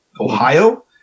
Ohio